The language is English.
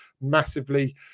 massively